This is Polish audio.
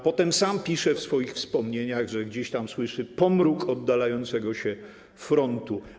Potem sam pisze w swoich wspomnieniach, że gdzieś tam słyszy pomruk oddalającego się frontu.